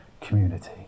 community